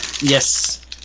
Yes